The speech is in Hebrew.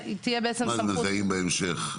מה זה מזהים בהמשך?